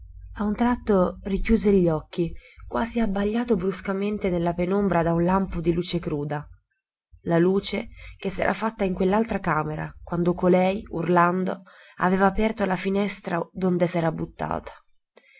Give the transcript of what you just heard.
a un tratto richiuse gli occhi quasi abbagliato bruscamente nella penombra da un lampo di luce cruda la luce che s'era fatta in quell'altra camera quando colei urlando aveva aperto la finestra d'onde s'era buttata